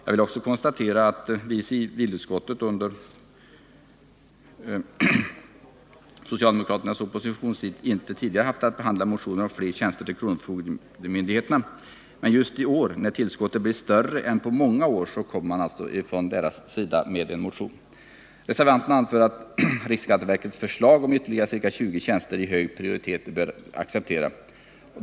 Jag kan också konstatera att vi i civilutskottet under socialdemokraternas oppositionstid inte tidigare haft att behandla motioner om fler tjänster till kronofogdemyndigheterna. Men just i år, när tillskottet blir större än på många år, väcker man en motion. Reservanterna anför att riksskatteverkets förslag om ytterligare ca 20 tjänster i hög prioritet bör accepteras.